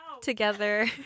Together